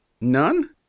None